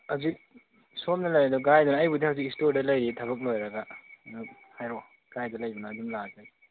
ꯍꯧꯖꯤꯛ ꯁꯣꯝꯅ ꯂꯩꯔꯤꯗꯨ ꯀꯔꯥꯏꯗꯅꯣ ꯑꯩꯕꯨꯗꯤ ꯍꯧꯖꯤꯛ ꯏꯁꯇꯣꯔꯗ ꯂꯩꯔꯤꯌꯦ ꯊꯕꯛ ꯂꯣꯏꯔꯒ ꯑꯗꯨ ꯍꯥꯏꯔꯑꯣ ꯀꯔꯥꯏꯗ ꯂꯩꯕꯅꯣ ꯑꯗꯨꯝ ꯂꯥꯛꯑꯒꯦ ꯑꯩ